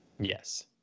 Yes